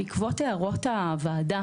בעקבות הערות הוועדה,